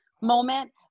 moment